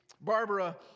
Barbara